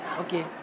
Okay